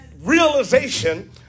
Realization